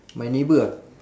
my neighbour ah